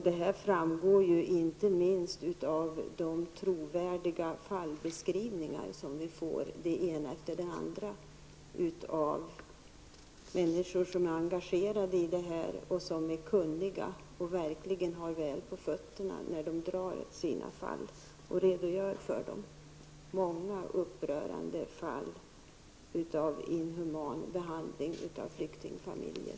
Det framgår inte minst av de trovärdiga fallbeskrivningar som vi får den ena efter den andra, från människor som är engagerade och kunniga och verkligen har väl på fötterna när de redogör för fallen. Det finns många upprörande fall av inhuman behandling av flyktingfamiljer.